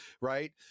right